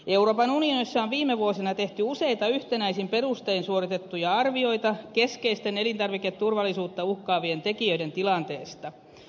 euroopan unionissa on viime vuosina tehty useita yhtenäisin perustein suoritettuja arvioita keskeisten elintarviketurvallisuutta uhkaavien tekijöiden tilanteesta